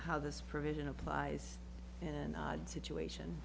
how this provision applies an odd situation